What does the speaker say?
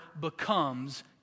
becomes